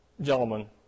gentlemen